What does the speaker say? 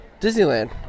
Disneyland